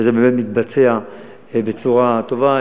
וזה באמת מתבצע בצורה טובה,